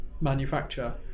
manufacture